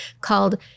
called